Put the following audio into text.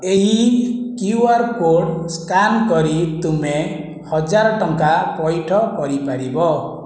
ଏହି Q R code scan କରି ତୁମେ ହଜାର ଟଙ୍କା ପଇଠ କରିପାରିବ